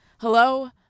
Hello